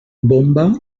bomba